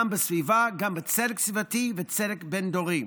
גם בסביבה וגם בצדק סביבתי ובצדק בין-דורי.